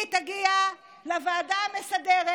היא תגיע לוועדה המסדרת,